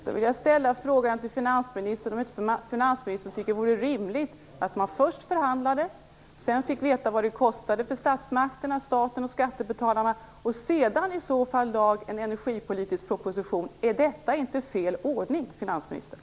Fru talman! Jag vill ställa frågan till finansministern om han inte tycker att det vore rimligt att man först förhandlade, sedan fick veta vad det kostade för statsmakterna, staten och skattebetalarna och därefter i så fall lade en energipolitisk proposition? Är inte nuvarande ordning felaktig, finansministern?